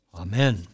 Amen